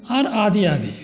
आर आदि आदि